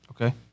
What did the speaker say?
Okay